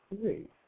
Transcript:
three